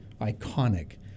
iconic